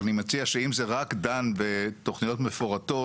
אני מציע שאם זה רק דן בתוכניות מפורטות,